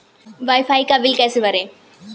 Wi fi का बिल कैसे भरें?